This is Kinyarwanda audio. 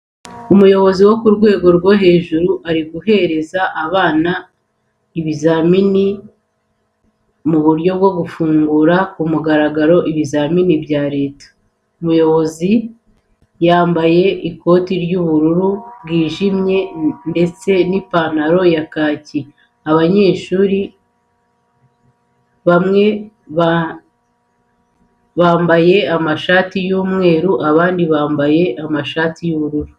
Umuyobozi wo ku rwego rwo hejuru ari guhereza abana ibizamini mu buryo bwo gufungura ku mugaragaro ibizamini bya Leta. Umuyobozi yamabye ikoti ry'ubururu bwijimye ndetse n'ipantaro ya kaki. Abanyeshuri bamwe bamabye amashati y'umweru, abandi bambaye amashati y'ubururu.